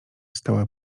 stała